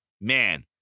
man